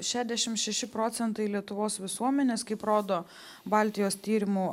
šešdešim šeši procentai lietuvos visuomenės kaip rodo baltijos tyrimų